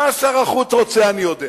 מה שר החוץ רוצה, אני יודע,